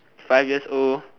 five years old